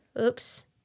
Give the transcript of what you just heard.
Oops